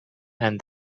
and